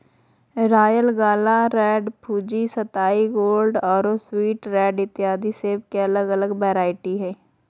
royal gala, red Fuji, सताई gold आरो sweet red इत्यादि सेब के अलग अलग वैरायटी हय